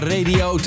Radio